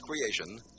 creation